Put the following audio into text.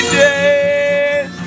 days